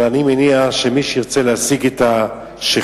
אבל אני מניח שמי שירצה להשיג את השיכר